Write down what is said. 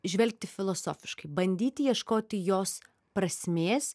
žvelgti filosofiškai bandyti ieškoti jos prasmės